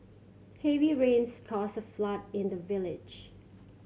heavy rains caused a flood in the village